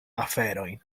aferojn